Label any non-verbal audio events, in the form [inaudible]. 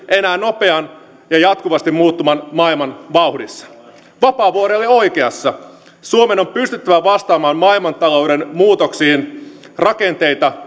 enää nopean ja jatkuvasti muuttuvan maailman vauhdissa vapaavuori oli oikeassa suomen on pystyttävä vastaamaan maailmantalouden muutoksiin rakenteita [unintelligible]